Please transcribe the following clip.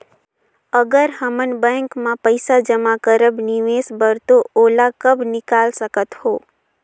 अगर हमन बैंक म पइसा जमा करब निवेश बर तो ओला कब निकाल सकत हो?